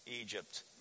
Egypt